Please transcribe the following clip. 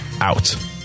out